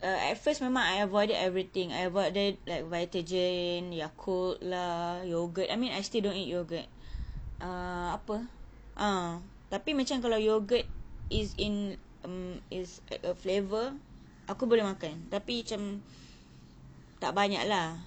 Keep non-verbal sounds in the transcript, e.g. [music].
err at first memang I avoided everything I avoided like vitagen yakult lah yogurt I mean I still don't eat yogurt [breath] ah apa tapi macam kalau yogurt is in mm is like a flavor aku boleh makan tapi macam tak banyak lah